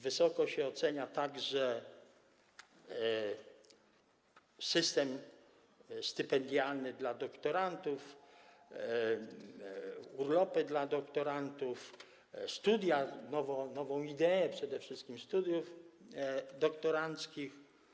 Wysoko ocenia się także system stypendialny dla doktorantów, urlopy dla doktorantów, studia, nową ideę przede wszystkim studiów doktoranckich.